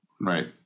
right